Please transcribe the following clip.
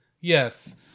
Yes